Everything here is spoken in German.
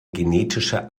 genetische